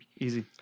easy